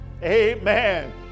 amen